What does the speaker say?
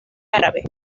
árabe